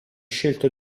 scelto